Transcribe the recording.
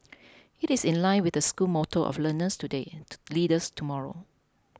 it is in line with the school motto of learners today leaders tomorrow